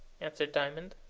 answered diamond.